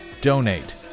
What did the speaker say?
donate